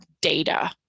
data